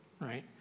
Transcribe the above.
right